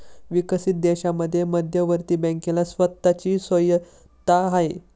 विकसित देशांमध्ये मध्यवर्ती बँकेला स्वतः ची स्वायत्तता आहे